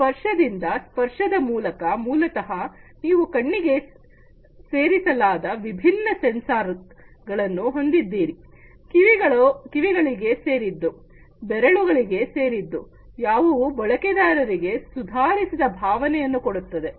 ಸ್ಪರ್ಶದಿಂದ ಸ್ಪರ್ಶದ ಮೂಲಕ ಮೂಲತಃ ನೀವು ಕಣ್ಣಿಗೆ ಸೇರಿಸಲಾದ ವಿಭಿನ್ನ ಸೆನ್ಸರ್ಗಳನ್ನು ಹೊಂದಿದ್ದೀರಿ ಕಿವಿಗಳಿಗೆ ಸೇರಿದ್ದು ಬೆರಳುಗಳಿಗೆ ಸೇರಿದ್ದು ಯಾವುವು ಬಳಕೆದಾರರಿಗೆ ಸುಧಾರಿಸಿದ ಭಾವನೆಯನ್ನು ಕೊಡುತ್ತವೆ